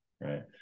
right